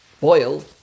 boil